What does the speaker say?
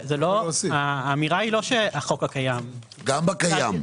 האמירה היא לא שהחוק הקיים -- גם בקיים,